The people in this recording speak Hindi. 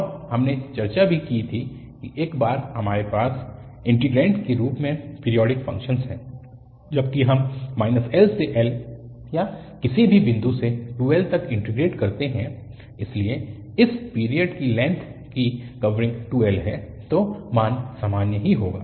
और हमने चर्चा भी की थी कि एक बार हमारे पास इन्टीग्रेन्ड के रूप में पीरिऑडिक फ़ंक्शन्स है जबकि हम l से l या किसी भी बिंदु से 2l तक इन्टीग्रेट करते है इसलिए इस पीरियड की लेंथ की कवरिंग 2l है तो मान समान ही होगा